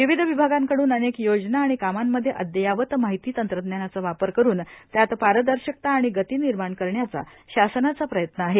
विविध विभागांकड्न अनेक योजना आणि कामांमध्ये अदययावत माहिती तंत्रज्ञानाचा वापर करून त्यात पारदर्शकता आणि गती निर्माण करण्याचा शासनाचा प्रयत्न आहे